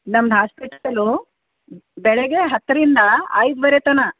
ನಮ್ದು ಹಾಸ್ಪಿಟಲು ಬೆಳಗ್ಗೆ ಹತ್ತರಿಂದ ಐದುವರೆ ತನಕ